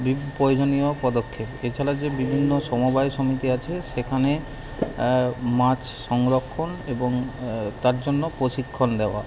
বিভি প্রয়োজনীয় পদক্ষেপ এছাড়া যে বিভিন্ন সমবায় সমিতি আছে সেখানে মাছ সংরক্ষণ এবং তার জন্য প্রশিক্ষণ দেওয়া